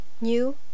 new